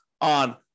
on